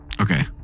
Okay